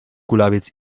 kulawiec